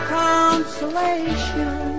consolation